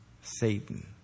Satan